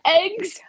eggs